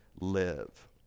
live